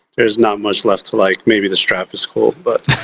there's not much left to like. maybe the strap is cool. but